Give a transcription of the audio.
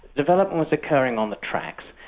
development was occurring on the tracks,